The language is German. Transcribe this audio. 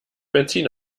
benzin